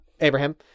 Abraham